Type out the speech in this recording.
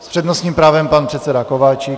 S přednostním právem pan předseda Kováčik.